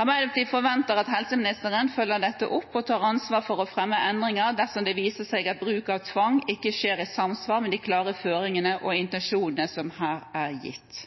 Arbeiderpartiet forventer at helseministeren følger dette opp og tar ansvar for å fremme endringer dersom det viser seg at bruk av tvang ikke skjer i samsvar med de klare føringene og intensjonene som her er gitt.